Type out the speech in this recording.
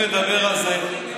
אני לא מדבר על זה,